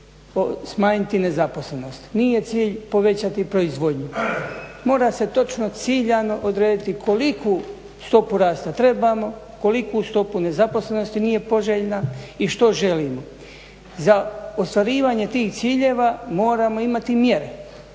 smanjiti nezaposlenost, nije cilj povećati proizvodnju, mora se točno ciljano odrediti koliku stopu rasta trebamo, kolika stopa nezaposlenosti nije poželjna i što želimo. Za ostvarivanje tih ciljeva moramo imati mjere,